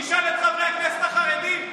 תשאל את חברי הכנסת החרדים.